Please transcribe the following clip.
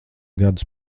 gadus